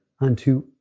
unto